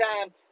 time